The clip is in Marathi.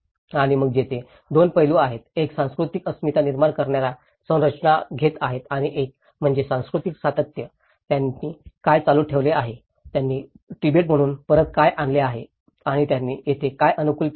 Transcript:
आणि मग तेथे 2 पैलू आहेत एक सांस्कृतिक अस्मिता निर्माण करणार्या संरचना घेत आहे आणि एक म्हणजे सांस्कृतिक सातत्य त्यांनी काय चालू ठेवले आहे त्यांनी तिबेटमधून परत काय आणले आहे आणि त्यांनी येथे काय अनुकूल केले आहे